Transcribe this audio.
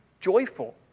joyful